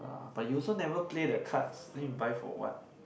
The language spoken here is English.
but you also never play the cards then you buy for what